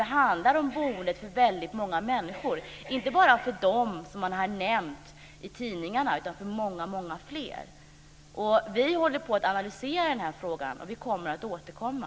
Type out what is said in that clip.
Det handlar ju om boendet för väldigt många människor - inte bara för dem som man har nämnt i tidningarna utan för många, många fler. Vi håller på att analysera frågan, och vi kommer att återkomma.